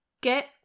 get